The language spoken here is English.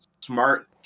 smart